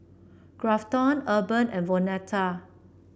Grafton Urban and Vonetta